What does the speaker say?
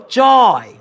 joy